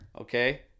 okay